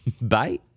Bye